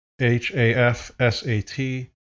H-A-F-S-A-T